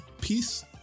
Peace